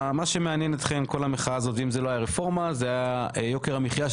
מה שמעניין אתכם כל המחאה הזאת ואם זה לא הרפורמה זה היה יוקר המחיה,